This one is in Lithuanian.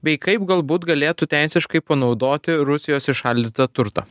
bei kaip galbūt galėtų teisiškai panaudoti rusijos įšaldytą turtą